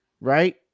right